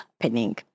happening